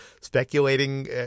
speculating